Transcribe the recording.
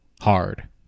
hard